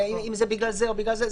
אם זה בגלל זה או בגלל זה,